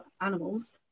animals